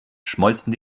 schmolzen